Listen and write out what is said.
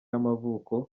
y’amavuko